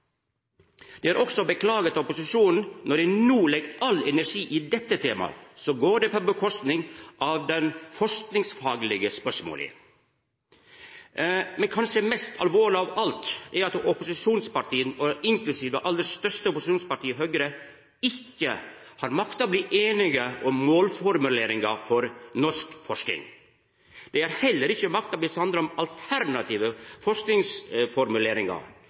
Det er også beklageleg at når opposisjonen no legg all energi i dette temaet, så får det følgjer for dei andre forskingsfaglege spørsmåla. Men kanskje det mest alvorlege av alt, er at opposisjonspartia – inklusive det aller største opposisjonspartiet, Høgre – ikkje har makta å bli einige om målformuleringar for norsk forsking. Dei har heller ikkje makta å bli samde om alternative